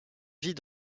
vit